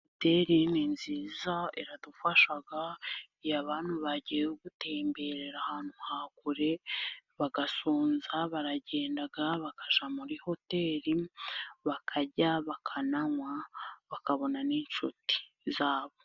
Hoteri ni nziza iradufasha. Iyo abantu bagiye gutemberera ahantu ha kure bagasonza baragenda bakajya muri hoteri bakarya, bakananywa bakabona n'inshuti zabo.